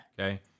Okay